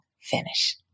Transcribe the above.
finish